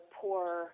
poor